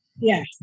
Yes